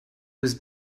was